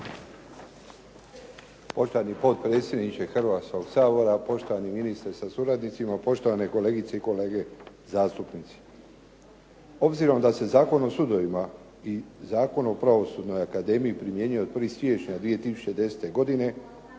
Poštovani potpredsjedniče Hrvatskog sabora, poštovani ministre sa suradnicima, poštovane kolegice i kolege zastupnici. Obzirom da se Zakon o sudovima i Zakon o Pravosudnoj akademiji primjenjuje od 1. siječnja 2010. godine,